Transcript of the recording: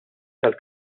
tal